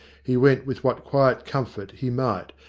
he went with what quiet comfort he might,